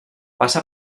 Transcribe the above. passa